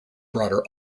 broader